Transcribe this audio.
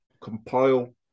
compile